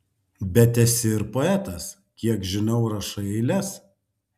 bet esi ir poetas kiek žinau rašai eiles